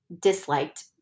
disliked